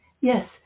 Yes